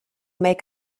make